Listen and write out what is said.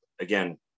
again